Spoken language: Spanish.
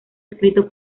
escrito